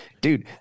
Dude